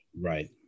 Right